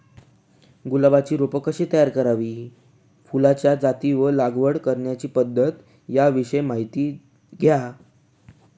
गुलाबाची रोपे कशी तयार करावी? फुलाच्या जाती व लागवड करण्याची पद्धत याविषयी माहिती द्या